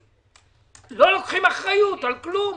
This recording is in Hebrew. לא לוקחים אחרית על כלום.